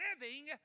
living